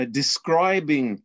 describing